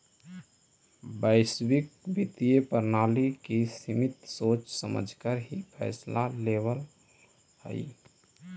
वैश्विक वित्तीय प्रणाली की समिति सोच समझकर ही फैसला लेवअ हई